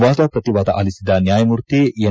ವಾದ ಪ್ರತಿವಾದ ಆಲಿಸಿದ ನ್ಯಾಯಮೂರ್ತಿ ಎನ್